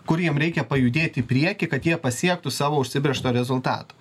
kur jiem reikia pajudėt į priekį kad jie pasiektų savo užsibrėžtą rezultatą